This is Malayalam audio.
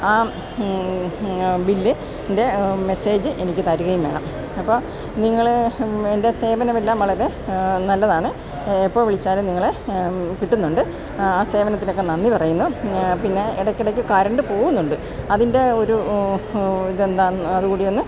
ആ ബില്ലിൻ്റെ മെസ്സേജ് എനിക്ക് തരുകയും വേണം അപ്പോള് നിങ്ങള് എൻ്റെ സേവനമെല്ലാം വളരെ നല്ലതാണ് എപ്പോള് വിളിച്ചാലും നിങ്ങളെ കിട്ടുന്നുണ്ട് ആ സേവനത്തിനൊക്കെ നന്ദി പറയുന്നു പിന്നെ ഇടയ്ക്കിടയ്ക്ക് കരണ്ട് പോവുന്നുണ്ട് അതിൻ്റെ ഒരു ഇതെന്താന്ന് അത് കൂടിയൊന്ന്